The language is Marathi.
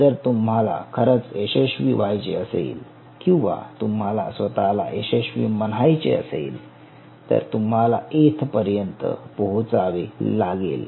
जर तुम्हाला खरच यशस्वी व्हायचे असेल किंवा तुम्हाला स्वतःला यशस्वी म्हणायचे असेल तर तुम्हाला येथपर्यंत पोहोचावे लागेल